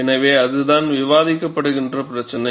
எனவே அதுதான் விவாதிக்கப்படுகின்ற பிரச்சினை